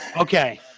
Okay